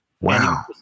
Wow